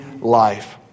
life